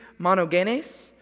monogenes